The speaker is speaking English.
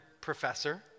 professor